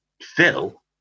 phil